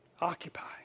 occupy